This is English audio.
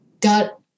got